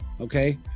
okay